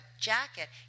jacket